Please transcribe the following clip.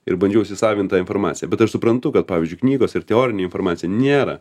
ir bandžiau įsisavint tą informaciją bet aš suprantu kad pavyzdžiui knygos ir teorinė informacija nėra